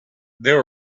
there